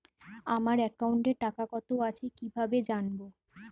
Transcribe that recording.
আমার একাউন্টে টাকা কত আছে কি ভাবে জানবো?